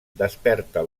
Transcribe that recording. desperta